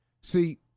See